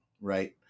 right